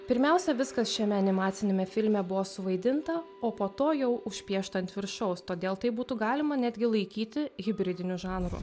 pirmiausia viskas šiame animaciniame filme buvo suvaidinta o po to jau užpiešta ant viršaus todėl tai būtų galima netgi laikyti hibridiniu žanru